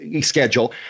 schedule